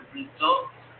results